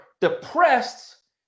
depressed